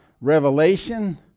revelation